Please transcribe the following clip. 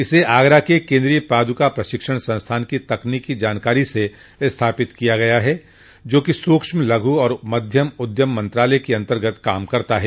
इसे आगरा के केन्द्रीय पादुका प्रशिक्षण संस्थान की तकनीकी जानकारी से स्थापित किया गया है जो कि सूक्ष्म लघु और मध्यम उद्यम मंत्रालय के अंतर्गत काम करता है